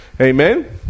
Amen